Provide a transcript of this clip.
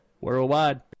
Worldwide